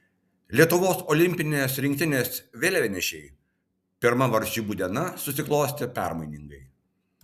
lietuvos olimpinės rinktinės vėliavnešei pirma varžybų diena susiklostė permainingai